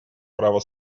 право